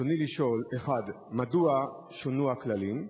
ברצוני לשאול: 1. מדוע שונו הכללים?